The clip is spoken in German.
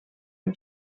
dem